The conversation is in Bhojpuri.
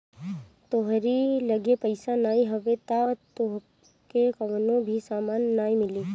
तोहरी लगे पईसा नाइ हवे तअ तोहके कवनो भी सामान नाइ मिली